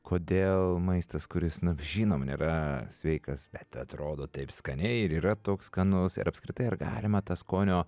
kodėl maistas kuris nu žinom nėra sveikas bet atrodo taip skaniai ir yra toks skanus ir apskritai ar galima tą skonio